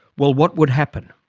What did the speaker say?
well what would happen?